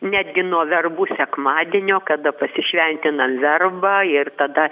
netgi nuo verbų sekmadienio kada pasišventinam verbą ir tada